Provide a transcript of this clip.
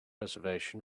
reservation